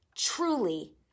Truly